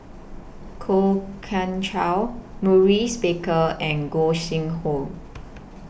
Kwok Kian Chow Maurice Baker and Gog Sing Hooi